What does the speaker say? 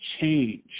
change